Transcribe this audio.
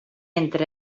entre